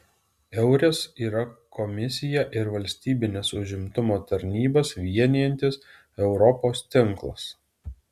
eures yra komisiją ir valstybines užimtumo tarnybas vienijantis europos tinklas